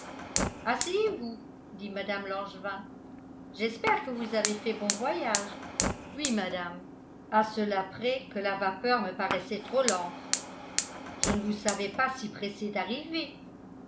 asseyez-vous dit mme langevin j'espère que vous avez fait bon voyage oui madame à cela près que la vapeur me paraissait trop lente je ne vous savais pas si pressé d'arriver